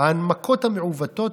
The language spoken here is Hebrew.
ההנמקות המעוותות,